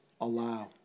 allow